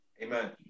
Amen